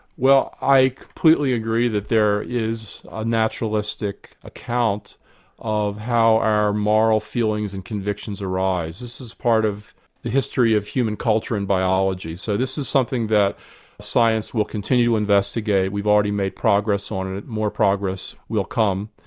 well i completely agree that there is a naturalistic account of how our moral feelings and convictions arise. this is part of the history of human culture and biology, so this is something that science will continue to investigate. we've already made progress on it, more progress will come.